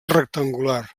rectangular